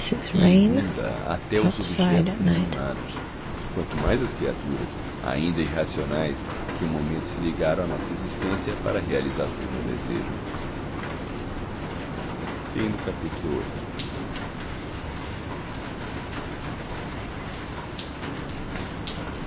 e inunda até os objetos inanimados quanto mais as criaturas ainda irracionais que um momento se ligaram à nossa existência para realização de um desejo